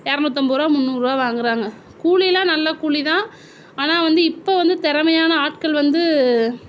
இரநூத்தம்பது ரூபாய் முந்நூறு ரூபா வாங்கிறாங்க கூலிலாம் நல்ல கூலி தான் ஆனால் வந்து இப்போ வந்து திறமையான ஆட்கள் வந்து